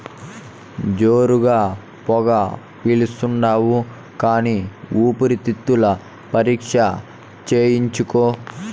జోరుగా పొగ పిలిస్తాండావు కానీ ఊపిరితిత్తుల పరీక్ష చేయించుకో